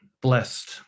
blessed